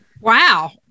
Wow